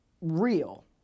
real